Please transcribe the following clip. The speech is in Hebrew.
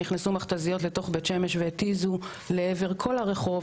נכנסו מכת"זיות לתוך בית שמש והתיזו לעבר כל הרחוב,